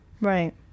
right